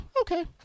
Okay